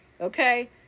okay